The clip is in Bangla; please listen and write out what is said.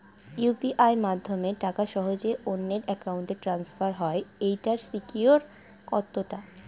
ইউ.পি.আই মাধ্যমে টাকা সহজেই অন্যের অ্যাকাউন্ট ই ট্রান্সফার হয় এইটার সিকিউর কত টা?